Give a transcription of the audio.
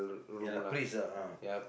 ya lah priest ah